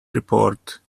report